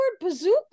bazooka